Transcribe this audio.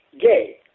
gay